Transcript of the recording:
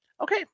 Okay